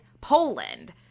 Poland